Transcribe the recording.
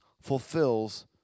fulfills